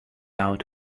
out